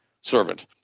servant